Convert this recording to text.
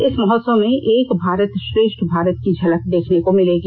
इस महोत्सव में एक भारत श्रेष्ठ भारत की झलक देखने को मिलेगी